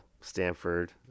Stanford